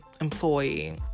employee